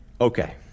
okay